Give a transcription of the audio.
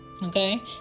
Okay